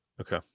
okay